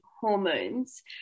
hormones